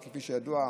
כפי שידוע,